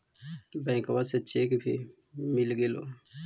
बैंकवा से चेक भी मिलगेलो?